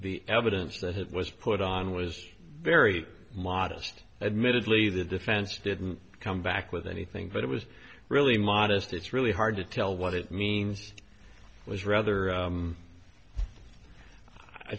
the evidence that it was put on was very modest admittedly the defense didn't come back with anything but it was really modest it's really hard to tell what it means was rather